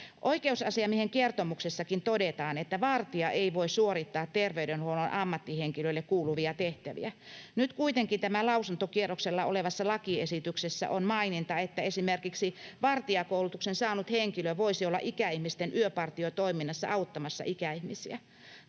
Oi- keusasiamiehen kertomuksessakin todetaan, että vartija ei voi suorittaa terveydenhuollon ammattihenkilöille kuuluvia tehtäviä. Nyt kuitenkin tässä lausuntokierroksella olevassa lakiesityksessä on maininta, että esimerkiksi vartijakoulutuksen saanut henkilö voisi olla ikäihmisten yöpartiotoiminnassa auttamassa ikäihmisiä.